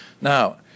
Now